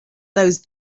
those